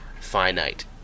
finite